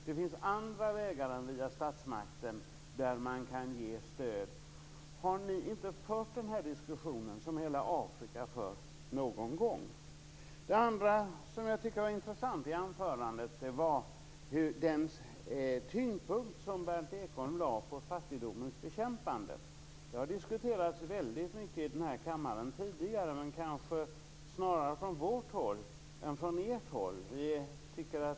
Det finns andra vägar som man kan ge stöd på än via statsmakten. Har ni inte någon gång fört den diskussion som hela Afrika för? Det andra som var intressant i anförandet var den tyngdpunkt som Berndt Ekholm lade vid fattigdomens bekämpande. Detta har tidigare diskuterats väldigt mycket i den här kammaren, men kanske snarare från vårt håll än från ert håll.